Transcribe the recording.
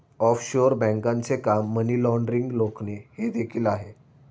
offshore बँकांचे काम money laundering रोखणे हे देखील आहे